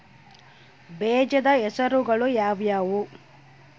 ಬೇಜದ ಹೆಸರುಗಳು ಯಾವ್ಯಾವು?